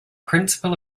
principle